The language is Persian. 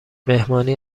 مهمانی